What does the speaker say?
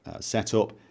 setup